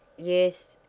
yes,